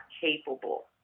capable